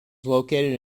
located